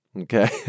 Okay